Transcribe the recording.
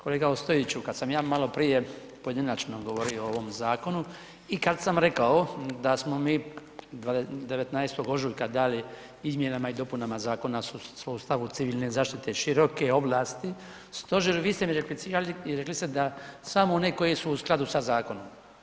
Kolega Ostojiću kada sam ja maloprije pojedinačno govorio o ovom zakonu i kada sam rekao da smo mi 19.ožujka dali izmjenama i dopunama Zakona o sustavu civilne zaštite široke ovlasti stožeru vi ste mi replicirali i rekli ste da samo oni koji su u skladu sa zakonom.